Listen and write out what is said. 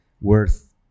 worth